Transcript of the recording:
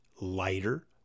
lighter